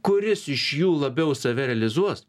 kuris iš jų labiau save realizuos